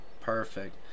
Perfect